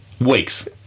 Weeks